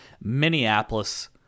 Minneapolis